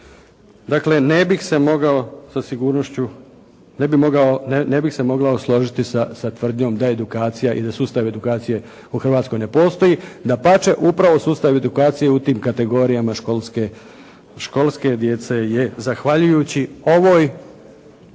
ne bih se mogao složiti sa tvrdnjom da edukacija i da sustav edukacije u Hrvatskoj ne postoji. Dapače, upravo sustav edukacije u tim kategorijama školske djece je zahvaljujući ovoj,